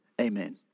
Amen